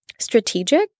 strategic